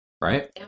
right